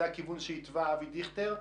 זה הכיוון שהתווה אבי דיכטר,